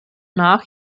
nach